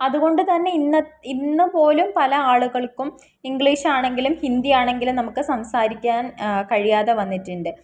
അതുകൊണ്ട് തന്നെ ഇന്ന് പോലും പലയാളുകൾക്കും ഇംഗ്ലീഷാണെങ്കിലും ഹിന്ദിയാണെങ്കിലും നമുക്ക് സംസാരിക്കാൻ കഴിയാതെ വന്നിട്ടുണ്ട്